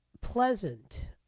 pleasant